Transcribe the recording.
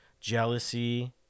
Jealousy